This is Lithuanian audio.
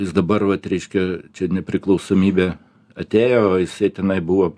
jis dabar vat reiškia čia nepriklausomybė atėjo o jisai tenai buvo